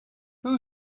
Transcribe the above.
who